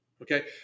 Okay